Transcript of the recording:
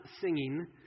singing